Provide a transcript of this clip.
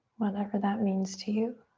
whatever that means to you.